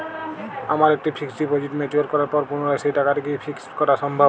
আমার একটি fixed deposit mature করার পর পুনরায় সেই টাকাটিকে কি ফিক্সড করা সম্ভব?